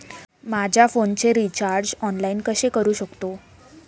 माझ्या फोनचे recharge online कसे करू शकतो?